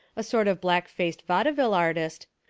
a sort of black-faced vaudeville artist,